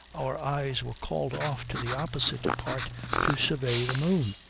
our eyes were called off to the opposite part to survey the moon,